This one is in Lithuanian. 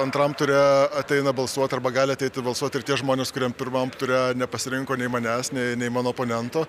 antram ture ateina balsuot arba gali ateiti balsuot ir tie žmonės kuriem pirmam ture nepasirinko nei manęs nei nei mano oponento